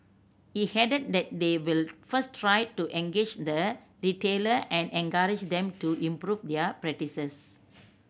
he added that they will first try to engage the retailer and encourage them to improve their practices